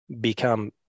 become